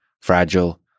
fragile